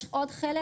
יש עוד חלק,